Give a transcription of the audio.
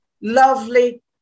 lovely